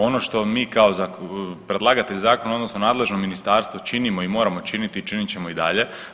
Ono što mi kao predlagatelj zakona odnosno nadležno ministarstvo činimo i moramo činiti, činit ćemo i dalje.